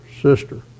sister